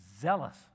zealous